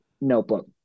notebook